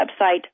website